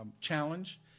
challenge